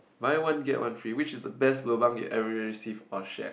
buy one get one free which is the best lobang you've ever received or shared